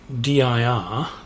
dir